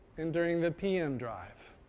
and during the pm drive.